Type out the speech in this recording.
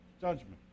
judgment